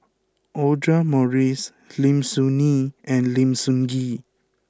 Audra Morrice Lim Soo Ngee and Lim Sun Gee